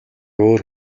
өөр